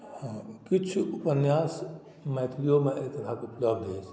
हँ किछु उपन्यास मैथिलिओमे इतिहासमे दर्ज अछि